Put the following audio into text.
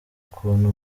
ukuntu